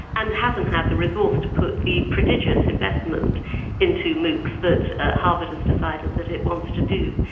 and hasn't had the resource to put the prodigious investment into moocs that harvard has decided that it wants to do.